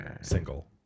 single